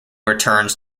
returns